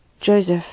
Joseph